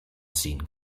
ziehen